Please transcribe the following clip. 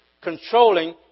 controlling